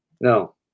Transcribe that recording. No